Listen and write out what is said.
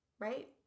Right